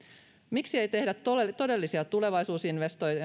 miksi ei tehdä todellisia tulevaisuusinvestointeja